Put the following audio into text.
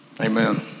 Amen